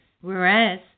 whereas